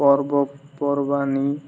ପର୍ବପର୍ବାଣୀ